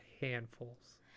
handfuls